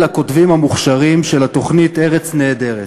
הכותבים המוכשרים של התוכנית "ארץ נהדרת".